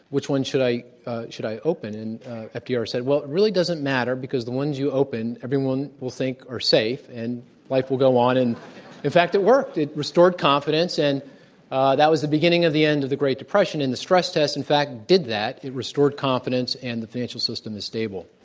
which ones should i should i open, and fdr said, well, it really doesn't matter because the ones you open, everything will think are safe, and life will go on and in fact it worked, it restored confidence and that was the beginning of the end of the great depression and the stress test in fact did that, it restored confidence and the financial system is stable.